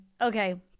Okay